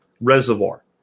reservoir